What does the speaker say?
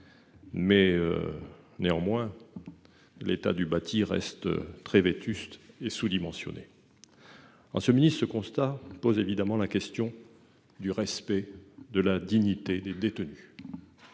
Néanmoins, l'état du bâti demeure très vétuste et sous-dimensionné. Monsieur le ministre, ce constat pose évidemment la question du respect de la dignité des détenus,